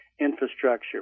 infrastructure